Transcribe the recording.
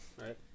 right